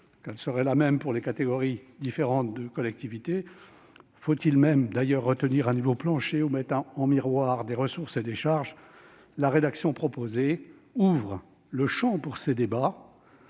Devrait-elle être la même pour les différentes catégories de collectivités ? Faut-il même, d'ailleurs, retenir un niveau plancher ou mettre en miroir des ressources et des charges ? La rédaction proposée ouvre le champ pour ce débat,